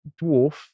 dwarf